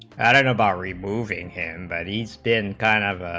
and and about removing him that he's ten, kind of